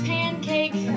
Pancake